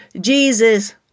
Jesus